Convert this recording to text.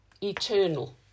eternal